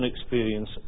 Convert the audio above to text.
experience